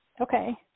Okay